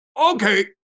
okay